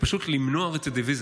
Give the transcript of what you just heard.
פשוט למנוע רצידיביזם.